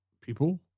people